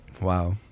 wow